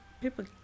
People